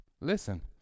Listen